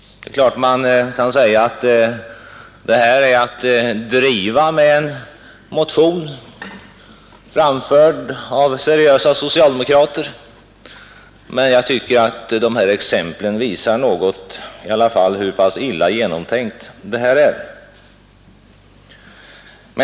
Det är klart att man kan säga att detta är att driva med en motion, framförd av seriösa socialdemokrater. Men jag tycker att dessa exempel i alla fall något visar hur pass illa genomtänkt det här är.